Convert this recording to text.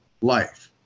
life